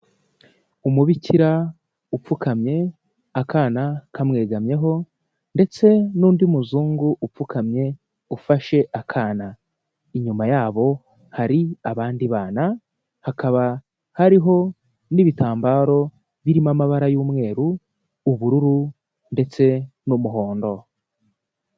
Umubikira upfukamye akana kamwegamyeho, ndetse n'undi muzungu upfukamye ufashe akana. Inyuma yabo hari abandi bana, hakaba hariho n'ibitambaro birimo amabara y'umweru, ubururu ndetse n'umuhondo.